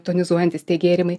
tonizuojantys gėrimai